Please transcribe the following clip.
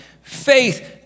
Faith